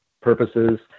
purposes